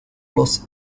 los